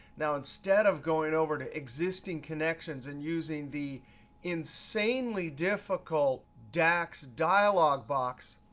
now, instead of going over to existing connections and using the insanely difficult dax dialog box,